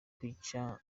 kwica